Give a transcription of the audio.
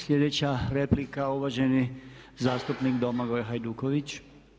Slijedeća replika uvaženi zastupnik Domagoj Hajduković.